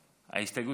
ההסתייגות.